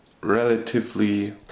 relatively